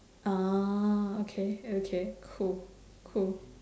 orh okay okay cool cool